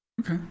Okay